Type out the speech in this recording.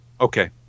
okay